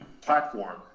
platform